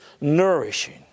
nourishing